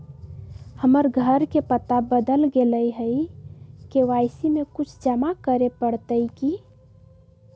हमर घर के पता बदल गेलई हई, के.वाई.सी में कुछ जमा करे पड़तई की?